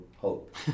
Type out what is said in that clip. hope